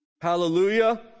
hallelujah